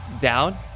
down